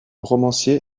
romancier